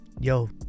Yo